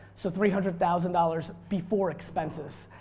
so three hundred thousand dollars before expenses.